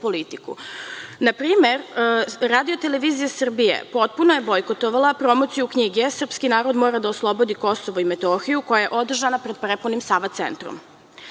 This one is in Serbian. politiku. Na primer, RTS je potpuno bojkotovala promociju knjige „Srpski narod mora da oslobodi Kosovo i Metohiju“, koja je održana pred prepunim Sava centrom.